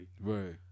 Right